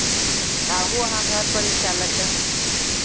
आबू अहाँ घरपर रिक्शा लऽ कऽ